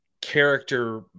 character –